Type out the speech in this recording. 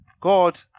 God